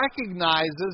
Recognizes